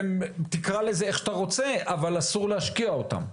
שתקרא לזה איך שאתה רוצה, אבל אסור להשקיע אותם.